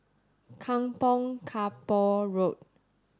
Kampong Kapor Road